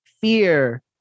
fear